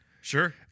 Sure